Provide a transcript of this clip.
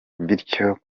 bityo